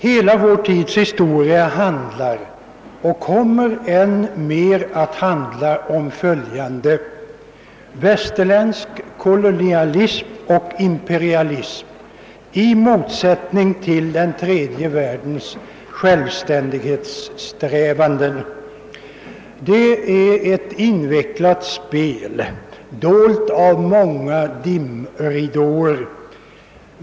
Hela vår tids historia handlar och kommer än mer att handla om västerländsk kolonialism och imperialism i motsättning till den tredje världens självständighetssträvanden. Det är ett invecklat spel, dolt av många dimridåer.